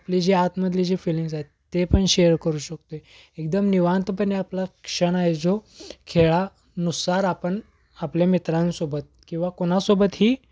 आपली जी आतमधली जे फीलींग्स आहेत ते पण शेअर करू शकतोय एकदम निवांतपणे आपला क्षण आहे जो खेळानुसार आपण आपल्या मित्रांसोबत किंवा कोणासोबतही